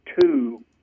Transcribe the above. Two